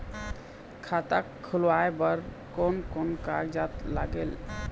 खाता खुलवाय बर कोन कोन कागजात लागेल?